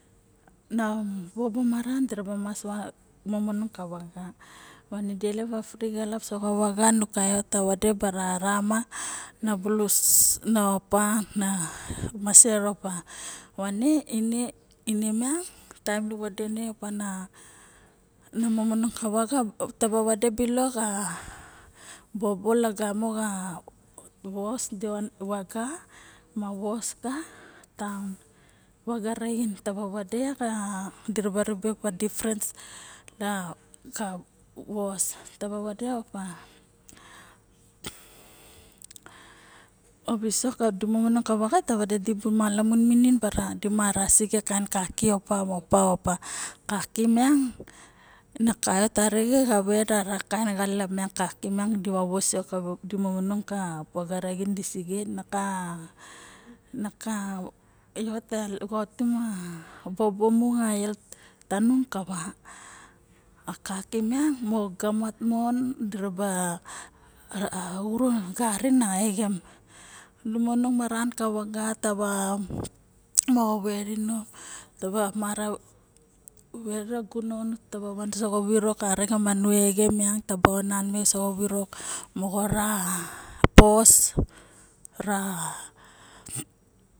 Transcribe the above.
Na bobo maran dirba mas manong ka vaga vane di elep fri xalap so xa vago na bulus na maset opa ine miang taem no vade ine ma momongong kavaga taba vade bilok a bobolagamo xa vas di manong ka vaga ma vos di manong ka vaga raxin vade opa difrence kavos taba vade opa visok di manong ka vago di malamun minin bara di mara sige kain kain opa opa kaki miang kavot arixen kain kain mong ka vos mo vaga raxin na kavot ka bobo mu health tanung ma kaki miang mo gaivat mon diraba xuru garin a exem nung manong maran ka vaga mo ve inung tava mara vet gunon taba van soxa vurok manu exem miang taba onan me oso xa virok moxo ra ros ra